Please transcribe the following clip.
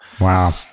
Wow